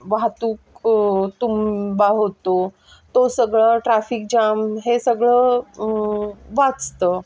वाहतूक तुंबा होतो तो सगळं ट्रॅफिक जाम हे सगळं वाचतं